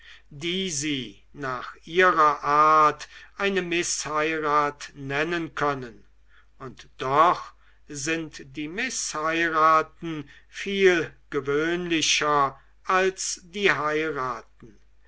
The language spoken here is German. die sie nach ihrer art eine mißheirat nennen können und doch sind die mißheiraten viel gewöhnlicher als die heiraten